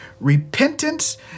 repentance